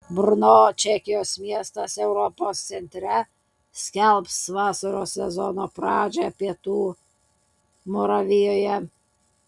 brno čekijos miestas europos centre skelbs vasaros sezono pradžią pietų moravijoje